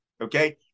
okay